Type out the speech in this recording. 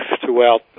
throughout